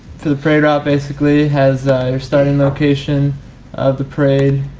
for the parade route basically has your starting location of the parade.